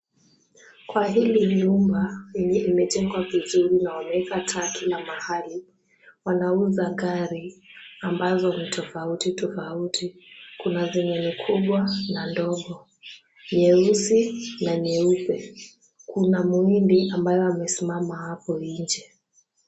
Kwa hili nyumba yenye imejengwa vizuri na wameweka taa kila mahali, wanauza gari ambazo ni tofauti tofauti. Kuna zenye ni kubwa na ndogo, nyeusi na nyeupe. Kuna mhindi ambayo amesimama hapo nje.